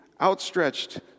outstretched